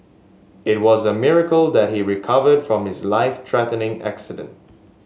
it was a miracle that he recovered from his life threatening accident